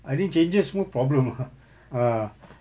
I think changes semua problem ah